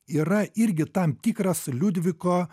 yra irgi tam tikras liudviko